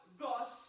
thus